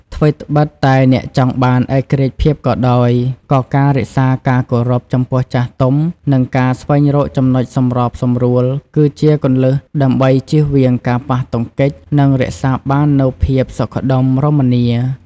ថ្វីត្បិតតែអ្នកចង់បានឯករាជ្យភាពក៏ដោយ ក៏ការ រក្សាការគោរព ចំពោះចាស់ទុំ និងការ ស្វែងរកចំណុចសម្របសម្រួល គឺជាគន្លឹះដើម្បីជៀសវាងការប៉ះទង្គិច និងរក្សាបាននូវភាពសុខដុមរមនា។